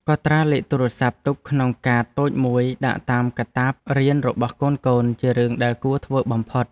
កត់ត្រាលេខទូរស័ព្ទទុកក្នុងកាតតូចមួយដាក់តាមកាតាបរៀនរបស់កូនៗជារឿងដែលគួរធ្វើបំផុត។